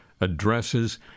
addresses